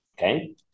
okay